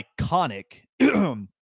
iconic